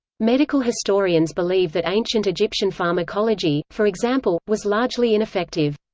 medical historians believe that ancient egyptian pharmacology, for example, was largely ineffective.